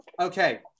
Okay